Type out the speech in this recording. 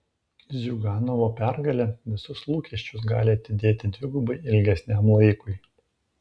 ziuganovo pergalė visus lūkesčius gali atidėti dvigubai ilgesniam laikui